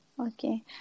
Okay